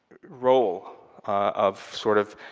role of, sort of,